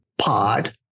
Pod